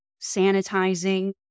sanitizing